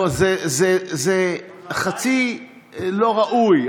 זה חצי לא ראוי.